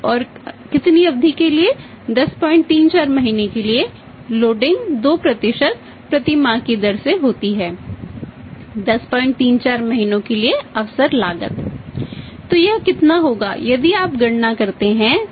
तो यह कितना होगा यदि आप गणना करते हैं तो यह 2068 होगा ठीक है